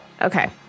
Okay